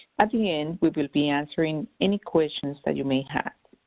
at the end, we will be answering any questions that you may have.